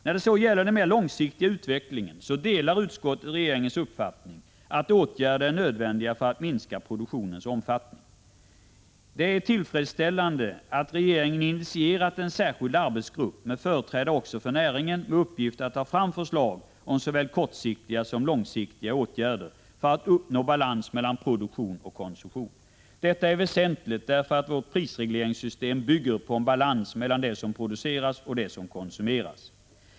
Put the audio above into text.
När det sedan gäller den mera långsiktiga utvecklingen delar utskottet regeringens uppfattning att åtgärder är nödvändiga för att minska produktionens omfattning. Det är tillfredsställande att regeringen har initierat en särskild arbetsgrupp, där även företrädare för näringen finns med och som har till uppgift att ta fram förslag om såväl kortsiktiga som långsiktiga åtgärder för att uppnå balans mellan produktion och konsumtion. Detta är väsentligt därför att vårt prisregleringssystem bygger på en balans mellan det som produceras och det som konsumeras.